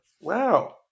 Wow